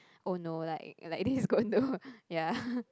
oh no like like this is going to ya